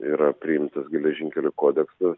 yra priimtas geležinkelių kodeksas